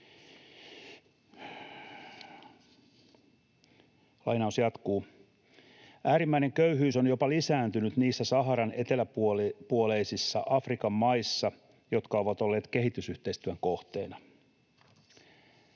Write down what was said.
Lainaus jatkuu: ”Äärimmäinen köyhyys on jopa lisääntynyt niissä Saharan etelänpuoleisissa Afrikan maissa, jotka ovat olleet kehitysyhteistyön kohteena.